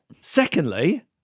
Secondly